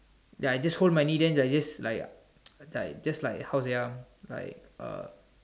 ya I just hold my knee then I just like just like how say ah like uh